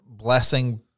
Blessing